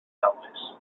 aules